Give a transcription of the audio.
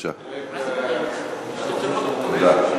תודה.